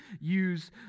use